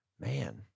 Man